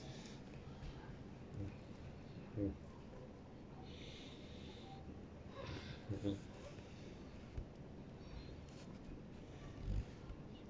mm mmhmm